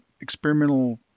experimental